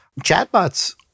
Chatbots